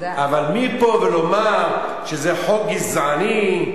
אבל מפה לומר שזה חוק גזעני,